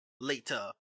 Later